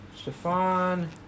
Stefan